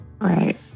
Right